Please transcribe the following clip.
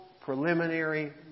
preliminary